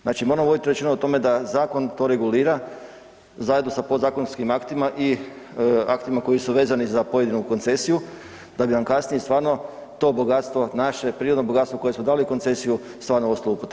Znači moram voditi računa o tome da zakon to regulira zajedno sa podzakonskim aktima i aktima koji su vezani za pojedinu koncesiju, da bi vam kasnije stvarno to bogatstvo, naše, prirodno bogatstvo koje smo dali u koncesiju stvarno ostalo u upotrebi.